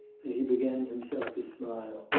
and he began himself to smile,